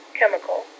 chemical